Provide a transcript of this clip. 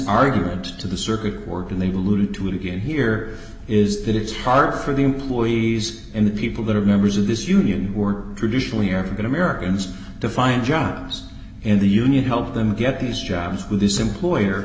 argument to the circuit board and they blew to it again here is that it's harder for the employees and the people that are members of this union work traditionally or african americans to find jobs in the union helped them get these jobs with this employer